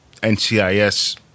NCIS